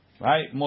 Right